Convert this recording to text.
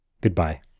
goodbye